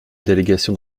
délégations